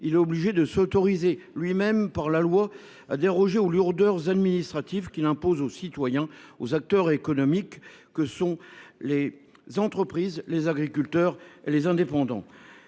il est obligé de s’autoriser lui même par la loi à déroger aux lourdeurs administratives qu’il impose aux citoyens et aux acteurs économiques que sont les entreprises, les agriculteurs et les indépendants.